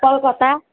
Calcutta